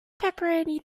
pepperoni